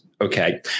okay